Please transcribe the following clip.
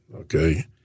okay